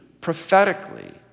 prophetically